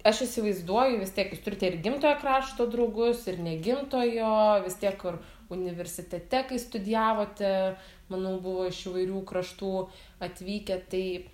aš įsivaizduoju vis tiek jūs turite ir gimtojo krašto draugus ir negimtojo vis tiek kur universitete kai studijavote manau buvo iš įvairių kraštų atvykę tai